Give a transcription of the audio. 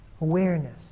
awareness